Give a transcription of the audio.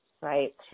right